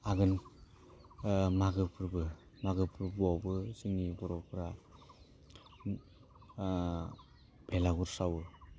आगोन मागो फोर्बो मागो फोर्बोआवबो जोंनि बर'फोरा बेलागुर सावो